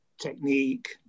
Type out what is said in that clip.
technique